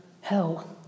hell